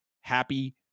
happy